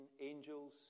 angels